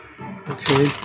Okay